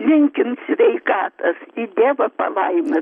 linkim sveikatos ir dievo palaimos